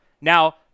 Now